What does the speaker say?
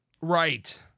Right